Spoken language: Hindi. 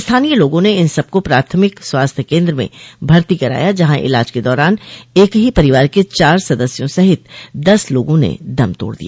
स्थानीय लोगों ने इन सबको प्राथमिक स्वास्थ्य केन्द्र में भर्ती कराया जहां इलाज के दौरान एक ही परिवार क चार सदस्यों सहित दस लोगों ने दम तोड़ दिया